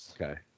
okay